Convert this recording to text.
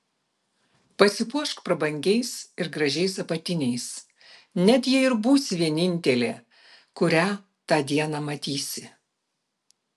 pasipuošk prabangiais ir gražiais apatiniais net jei ir būsi vienintelė kurią tą dieną matysi